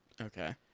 Okay